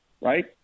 right